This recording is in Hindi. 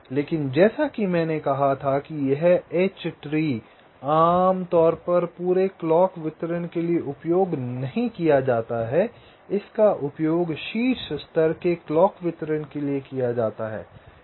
लेकिन जैसा कि मैंने कहा था कि यह H ट्री आमतौर पर पूरे क्लॉक वितरण के लिए उपयोग नहीं किया जाता है इसका उपयोग शीर्ष स्तर के क्लॉक वितरण के लिए किया जाता है